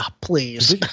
please